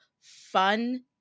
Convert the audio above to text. fun